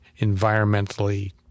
environmentally